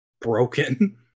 broken